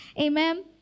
Amen